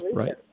right